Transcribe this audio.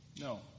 No